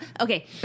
Okay